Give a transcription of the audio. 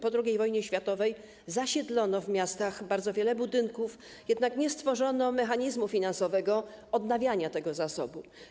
Po II wojnie światowej zasiedlono w miastach bardzo wiele budynków, jednak nie stworzono mechanizmu finansowego odnawiania tego zasobu.